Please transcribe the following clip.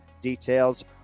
details